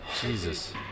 jesus